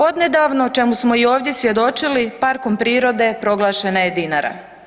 Odnedavno, čemu smo i ovdje svjedočili, parkom prirode proglašena je Dinara.